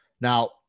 Now